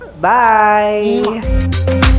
Bye